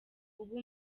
uba